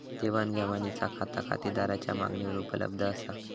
देवाण घेवाणीचा खाता खातेदाराच्या मागणीवर उपलब्ध असा